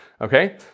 Okay